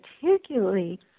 particularly